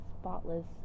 spotless